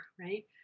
right